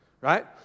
right